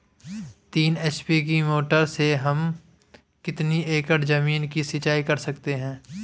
तीन एच.पी की मोटर से हम कितनी एकड़ ज़मीन की सिंचाई कर सकते हैं?